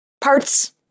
Parts